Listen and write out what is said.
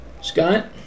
Scott